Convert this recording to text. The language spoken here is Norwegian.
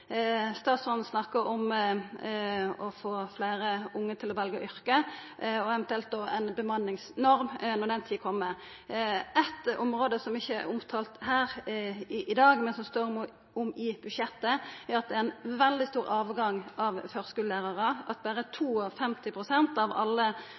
Statsråden snakkar om å få fleire unge til å velja yrket, og eventuelt ei bemanningsnorm når den tid kjem. Eitt område som ikkje er omtala her i dag, men som det står om i budsjettet, er at det er ein veldig stor avgang av førskulelærarar, at berre